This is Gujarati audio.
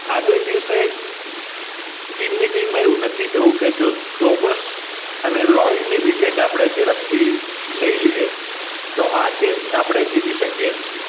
આગલે દિવસે ટીમ મિટિંગમાં એવું નક્કી થયું કે જો સોબર્સ અને લોઇડની વિકેટ આપણે ઝડપથી લઈ લઈએ તો આ ટેસ્ટ આપણે જીતી શકીએ એમ છીએ